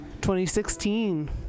2016